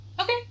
Okay